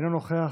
אינו נוכח,